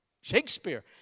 Shakespeare